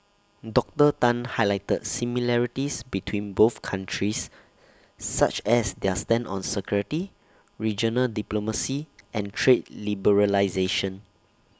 Doctor Tan highlighted similarities between both countries such as their stand on security regional diplomacy and trade liberalisation